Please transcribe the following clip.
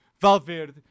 Valverde